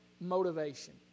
motivation